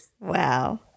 Wow